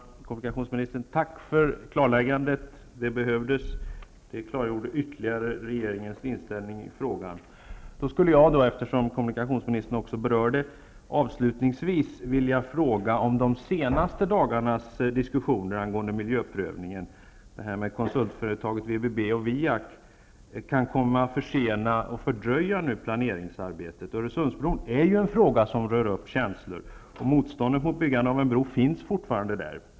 Herr talman! Jag tackar kommunikationsministern för klarläggandet. Det behövdes. Det klargjorde ytterligare regeringens inställning i frågan. Eftersom kommunikationsministern också berörde detta, vill jag avslutningsvis ställa en fråga om de senaste dagarnas diskussioner angående miljöprövningen och om detta med konsultföretaget VBB Viak AB kan komma att försena och fördröja planeringsarbetet. Öresundsbron är en fråga som rör upp känslor, och motståndet mot byggandet av en bro finns fortfarande där.